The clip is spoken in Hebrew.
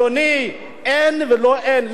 אדוני, אין, ולא, אין.